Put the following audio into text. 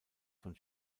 von